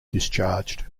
discharged